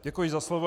Děkuji za slovo.